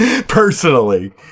Personally